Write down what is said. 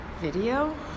video